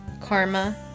Karma